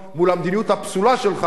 המדיניות הפסולה שלך,